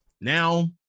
Now